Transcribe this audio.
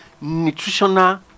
nutritional